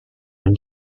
were